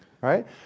right